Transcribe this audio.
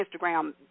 Instagram